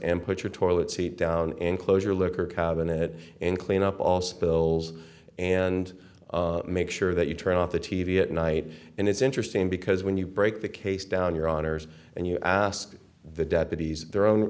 and put your toilet seat down enclosure liquor cabinet and clean up all spills and make sure that you turn off the t v at night and it's interesting because when you break the case down your honour's and you ask the deputies their own